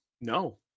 no